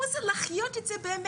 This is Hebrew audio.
פה להחיות את זה באמת.